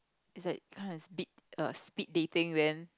is like that kind of speed err speed dating then